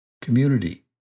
community